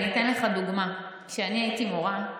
אתן לך דוגמה: כשאני הייתי מורה,